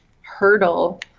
hurdle